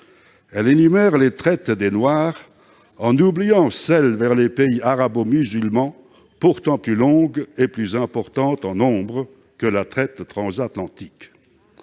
texte énumère les traites des noirs en oubliant celles vers les pays arabo-musulmans, pourtant plus longues et plus importantes en nombre que la traite transatlantique.